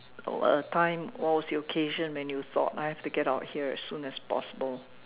a a time what was the occasion when you thought I have to get out here as soon as possible